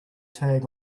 tag